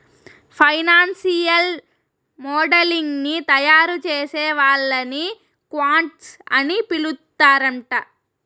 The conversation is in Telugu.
ఫైనాన్సియల్ మోడలింగ్ ని తయారుచేసే వాళ్ళని క్వాంట్స్ అని పిలుత్తరాంట